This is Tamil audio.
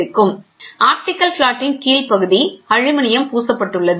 ஸ்லைடு நேரம் 0536 ஐப் பார்க்கவும் ஆப்டிகல் பிளாட்டின் கீழ் பகுதி அலுமினியப் பூசப்பட்டுள்ளது